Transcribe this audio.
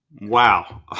Wow